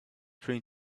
train